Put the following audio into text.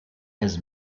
his